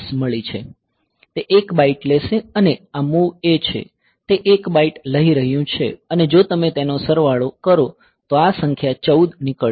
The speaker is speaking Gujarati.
તે એક બાઇટ લેશે અને આ move A છે તે 1 બાઇટ લઈ રહ્યું છે અને જો તમે તેનો સરવાળો કરો તો આ સંખ્યા 14 નીકળશે